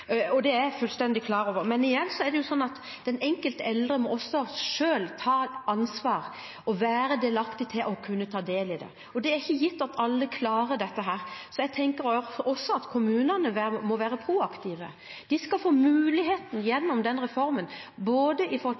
jeg fullstendig klar over. Men den enkelte eldre må også selv ta et ansvar og være delaktig i dette. Det er ikke gitt at alle klarer dette, så jeg tenker også at kommunene må være proaktive. De skal gjennom denne reformen få muligheter, bl.a. til å få på plass et støtteapparat for å kunne sette i